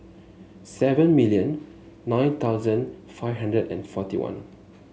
seven million nine thousand five hundred and forty one